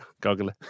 Goggle